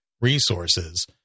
resources